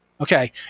Okay